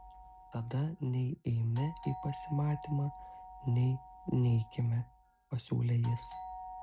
tada nei eime į pasimatymą nei neikime pasiūlė jis